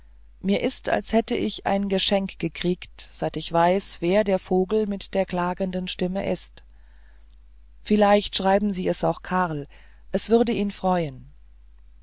mir ist als hätte ich ein geschenk gekriegt seit ich weiß wer der vogel mit der klagenden stimme ist vielleicht schreiben sie es auch karl es würde ihn freuen